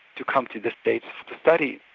to come to the states to study,